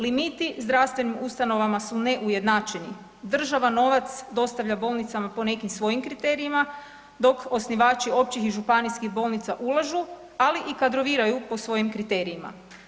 Limiti zdravstvenih ustanova su neujednačeni, država novac dostavlja bolnicama po nekim svojim kriterijima dok osnivači općih i županijskih bolnica ulažu ali i kadroviraju po svojim kriterijima.